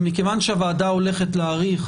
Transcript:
מכיוון שהוועדה הולכת להאריך,